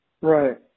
Right